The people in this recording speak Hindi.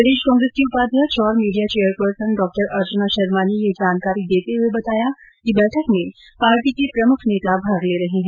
प्रदेश कांग्रेस की उपाध्यक्ष और media chairperson Dr Archana Sharma ने यह जानकारी देते हुए बताया कि बैठक में पार्टी के प्रमुख नेता भाग ले रहे है